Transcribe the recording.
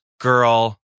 girl